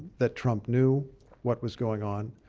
that trump knew what was going on.